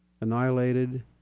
annihilated